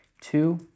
two